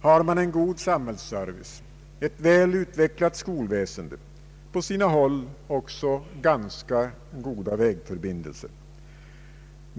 har man en god samhällsservice, ett väl utvecklat skolväsende, på sina håll också ganska goda vägförbindelser.